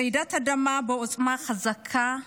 רעידת אדמה בעוצמה חזקה,